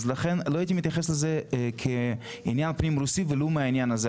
לכן לא הייתי מתייחס לזה כעניין פנים רוסי ולו מהעניין הזה,